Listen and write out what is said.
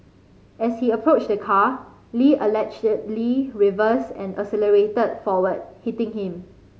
as he approached the car Lee allegedly reversed and accelerated forward hitting him